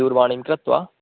दूरवाणीं कृत्वा